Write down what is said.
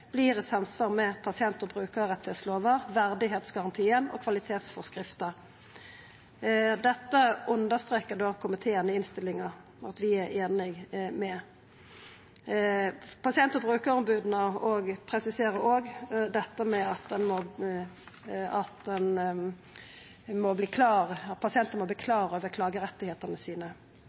i samsvar med pasient- og brukarrettslova, verdigheitsgarantien og kvalitetsforskrifta. Dette understrekar komiteen i innstillinga at vi er einige i. Pasient- og brukaromboda presiserer òg at pasientane må